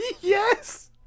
Yes